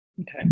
okay